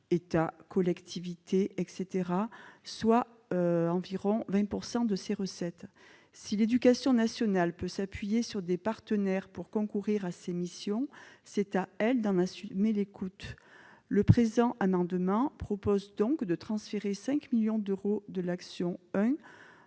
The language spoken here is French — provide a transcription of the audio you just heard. État, collectivités, etc, soit environ 20 pourcent de ses recettes si l'éducation nationale peut s'appuyer sur des partenaires pour concourir à ces missions, c'est à elle dans ma suite, mais l'écoute le présent amendement propose donc de transférer 5 millions d'euros de l'action,